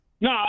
No